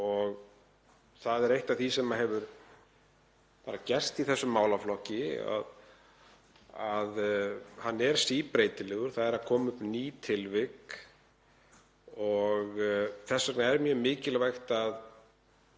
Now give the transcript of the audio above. og það er eitt af því sem hefur bara gerst í þessum málaflokki að hann er síbreytilegur, það eru að koma upp ný tilvik og þess vegna er mjög mikilvægt að